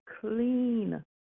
clean